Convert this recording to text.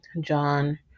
john